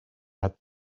had